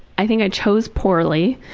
i think i chose poorly,